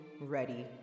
ready